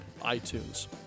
itunes